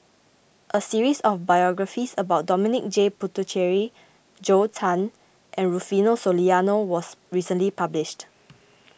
a series of biographies about Dominic J Puthucheary Zhou Can and Rufino Soliano was recently published